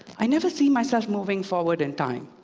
i never see myself moving forward in time.